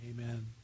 Amen